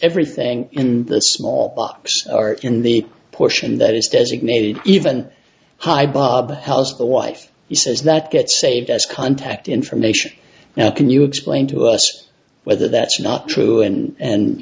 everything in the small box or in the portion that is designated even hi bob the wife he says that gets saved as contact information now can you explain to us whether that's not true and and